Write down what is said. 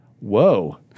Whoa